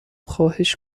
خواهش